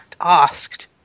asked